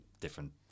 different